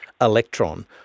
electron